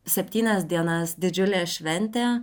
septynias dienas didžiulė šventė